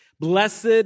Blessed